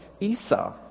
Esau